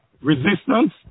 Resistance